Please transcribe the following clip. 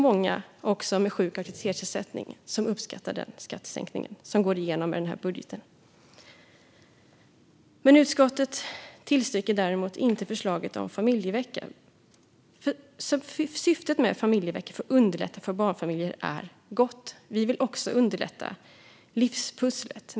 Många med sjuk och aktivitetsersättning uppskattar också den skattesänkning som går igenom med den här budgeten. Utskottet tillstyrker däremot inte förslaget om familjeveckan. Syftet med familjeveckan, att underlätta för barnfamiljer, är gott. Vi vill också underlätta att få ihop livspusslet.